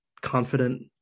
confident